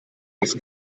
uns